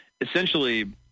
essentially